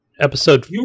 episode